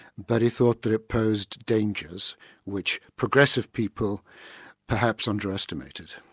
but he thought that it posed dangers which progressive people perhaps underestimated.